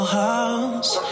house